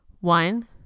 One